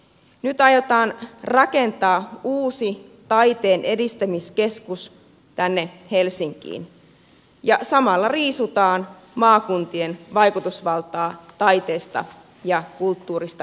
nyt aiotaan rakentaa uusi taiteen edistämiskeskus tänne helsinkiin ja samalla riisutaan maakuntien vaikutusvaltaa taiteesta ja kulttuurista yleensä